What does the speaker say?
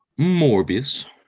Morbius